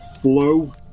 flow